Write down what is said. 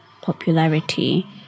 popularity